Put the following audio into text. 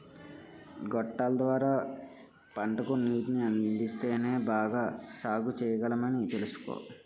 గొట్టాల ద్వార పంటకు నీటిని అందిస్తేనే బాగా సాగుచెయ్యగలమని తెలుసుకో